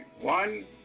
One